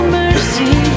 mercy